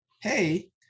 hey